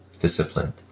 Disciplined